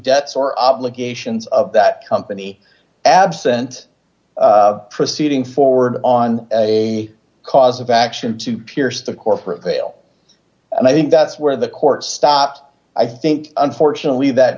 debts or obligations of that company absent proceeding forward on a cause of action to pierce the corporate veil and i think that's where the court stopped i think unfortunately that